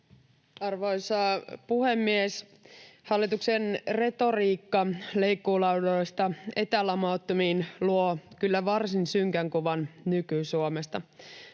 Arvoisa puhemies! Hallituksen retoriikka leikkuulaudoista etälamauttimiin luo kyllä varsin synkän kuvan nyky-Suomesta.